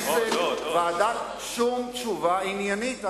שום תשובה עניינית.